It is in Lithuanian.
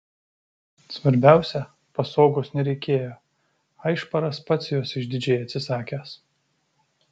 svarbiausia pasogos nereikėjo aišparas pats jos išdidžiai atsisakęs